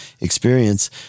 experience